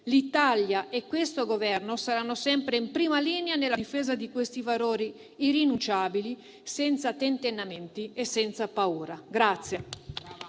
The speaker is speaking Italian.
L'Italia e questo Governo saranno sempre in prima linea nella difesa di questi valori irrinunciabili senza tentennamenti e senza paura.